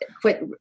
quit